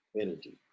energy